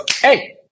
hey